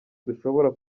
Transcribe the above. dushobora